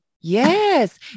Yes